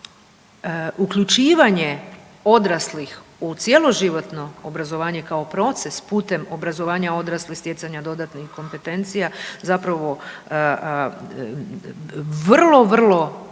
uključivanje odraslih u cjeloživotno obrazovanje kao proces putem obrazovanja odraslih, stjecanja dodatnih kompetencija zapravo vrlo, vrlo